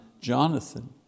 Jonathan